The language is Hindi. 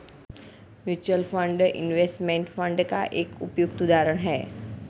म्यूचूअल फंड इनवेस्टमेंट फंड का एक उपयुक्त उदाहरण है